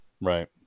Right